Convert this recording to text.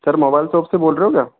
sir mobile shop से बोल रहे हो क्या